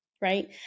right